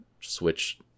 switch